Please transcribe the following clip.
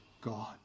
God